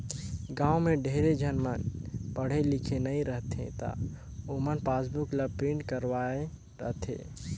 गाँव में ढेरे झन मन पढ़े लिखे नई रहें त ओमन पासबुक ल प्रिंट करवाये रथें